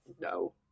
no